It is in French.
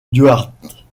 duarte